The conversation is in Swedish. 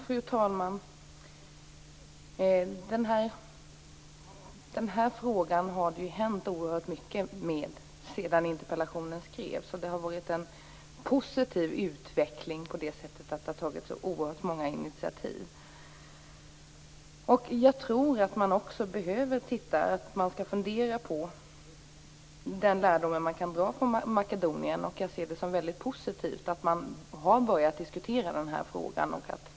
Fru talman! Det har ju hänt oerhört mycket sedan interpellationen framställdes. Utvecklingen har varit positiv på det sättet att det har tagits många olika initiativ. Man skall nog fundera över vilka lärdomar som man kan dra av det som händer i Makedonien. Jag ser det som mycket positivt att man har börjat att diskutera frågan.